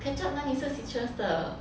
ketchup 哪里是 citrus 的